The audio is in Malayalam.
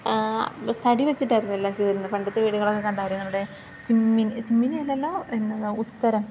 തടി വെച്ചിട്ടായിരുന്നു എല്ലാം ചെയ്യിരുന്നത് പണ്ടത്തെ വീടുകളൊക്കെ കണ്ടാൽ നമ്മുടെ ചിമ്മി ചിമ്മിനി അല്ലല്ലോ എന്നതാണ് ഉത്തരം